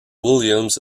williams